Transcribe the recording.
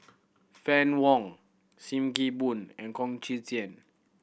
Fann Wong Sim Kee Boon and Chong Tze Chien